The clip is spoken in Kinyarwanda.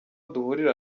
duhurira